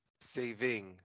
saving